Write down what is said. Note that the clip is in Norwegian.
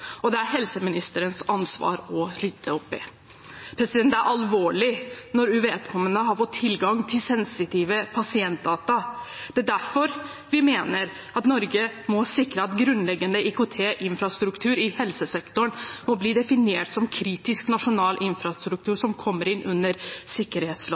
Og det er helseministerens ansvar å rydde opp. Det er alvorlig når uvedkommende har fått tilgang til sensitive pasientdata. Det er derfor vi mener at Norge må sikre at grunnleggende IKT-infrastruktur i helsesektoren må bli definert som kritisk nasjonal infrastruktur